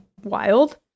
wild